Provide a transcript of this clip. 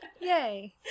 Yay